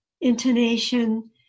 intonation